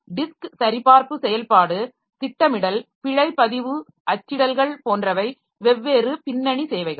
disk சரிபார்ப்பு செயல்பாடு திட்டமிடல் பிழை பதிவு அச்சிடல்கள் போன்றவை வெவ்வேறு பின்னணி சேவைகள்